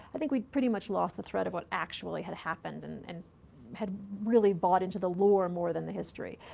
i think we'd pretty much lost the thread of what actually had happened and and had really bought into the lore more than the history.